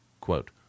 quote